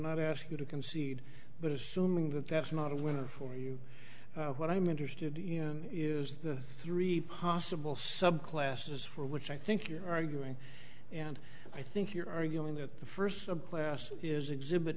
not ask you to concede but assuming that that's not a winner for you what i'm interested you know is the three possible subclasses for which i think you're arguing and i think you're arguing that the first of classes is exhibit